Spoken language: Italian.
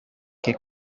che